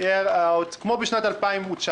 כמו בשנת 2019,